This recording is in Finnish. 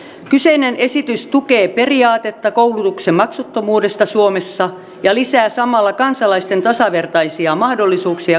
kyseinen esitys tukee periaatetta koulutuksen maksuttomuudesta suomessa ja lisää samalla kansalaisten tasavertaisia mahdollisuuksia kouluttautua